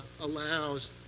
allows